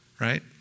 Right